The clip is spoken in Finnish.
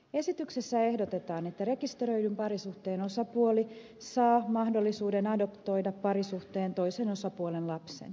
esityksessä ehdotetaan että rekisteröidyn parisuhteen osapuoli saa mahdollisuuden adoptoida parisuhteen toisen osapuolen lapsen